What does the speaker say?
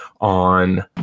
on